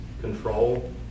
control